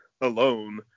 alone